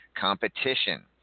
Competition